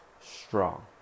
strong